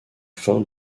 fin